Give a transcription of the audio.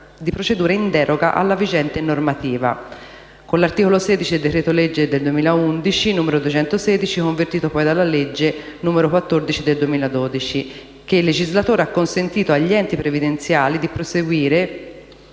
di procedure in deroga alla vigente normativa. È con l'articolo 16 del decreto-legge n. 216 del 2011 (convertito nella legge n. 14 del 2012) che il legislatore ha consentito agli enti previdenziali di proseguire,